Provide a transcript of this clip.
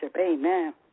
Amen